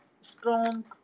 strong